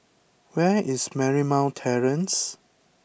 where is Marymount Terrace